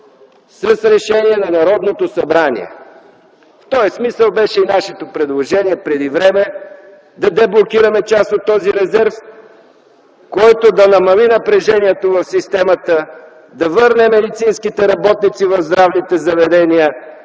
с решение на Народното събрание. В този смисъл беше и нашето предложение преди време да деблокираме част от този резерв, който да намали напрежението в системата, да върне медицинските работници в здравните заведения,